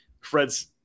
Fred's